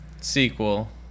sequel